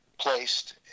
Placed